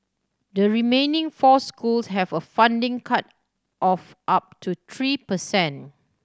the remaining four school have a funding cut of up to tree per cent